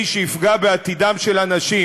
וזוכים לעשות עוד משהו טוב לטובת מדינת ישראל,